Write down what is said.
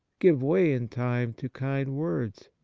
give way in time to kind words.